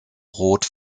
rot